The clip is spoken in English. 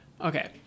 Okay